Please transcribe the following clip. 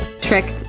tricked